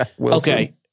Okay